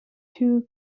two